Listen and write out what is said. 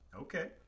Okay